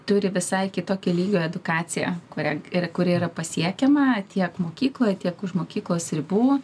turi visai kitokio lygio edukaciją kurią ir kuri yra pasiekiama tiek mokykloj tiek už mokyklos ribų